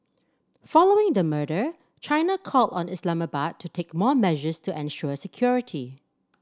following the murder China called on Islamabad to take more measures to ensure security